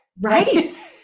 right